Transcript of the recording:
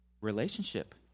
Relationship